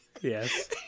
yes